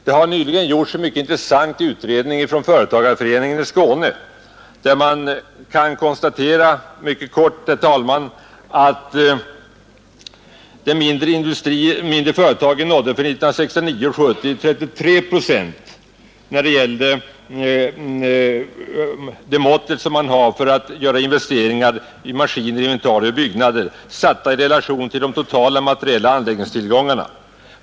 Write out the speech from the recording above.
Det har nyligen gjorts en mycket intressant undersökning inom företagarföreningen i Skåne, enligt vilken man kan konstatera mycket kort, att de mindre företagen för 1969/70 nådde 33 procent — som mått på investeringsviljan har använts gjorda investeringar i maskiner, inventarier och byggnader, satta i relation till de totala materiella anläggningstillgångarna.